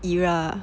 era